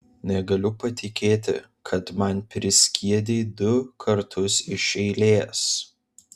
negaliu patikėti kad man priskiedei du kartus iš eilės